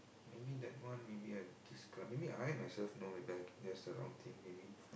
maybe that one maybe I describe maybe I myself know it back guess the wrong thing maybe